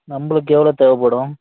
நம்பளுக்கு எவ்வளோ தேவைப்படும்